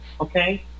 Okay